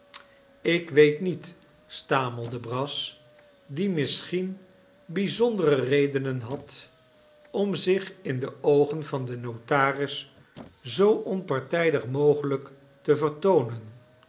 ik weet niet stamelde brass die misschien bijzondere redenen had om zich in de oogen van den notaris zoo onpartijdig mogelijk te vertoonen